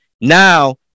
Now